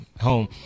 home